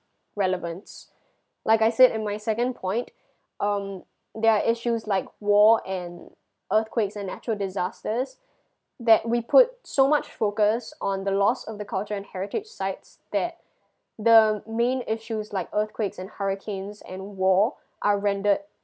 relevance like I said in my second point um there are issues like war and earthquakes and natural disasters that we put so much focus on the lost of the culture and heritage sites that the main issues like earthquakes and hurricanes and war are rendered